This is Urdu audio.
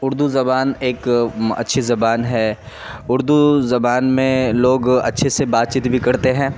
اردو زبان ایک اچھی زبان ہے اردو زبان میں لوگ اچھے سے بات چیت بھی کرتے ہیں